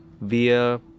via